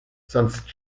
sonst